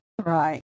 Right